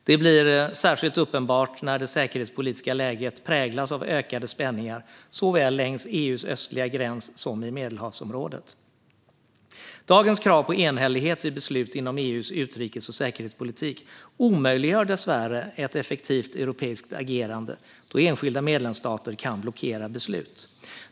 Det blir särskilt uppenbart när det säkerhetspolitiska läget präglas av ökade spänningar såväl längs EU:s östliga gräns som i Medelhavsområdet. Dagens krav på enhällighet vid beslut inom EU:s utrikes och säkerhetspolitik omöjliggör dessvärre ett effektivt europeiskt agerande, då enskilda medlemsstater kan blockera beslut.